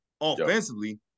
offensively